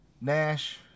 Nash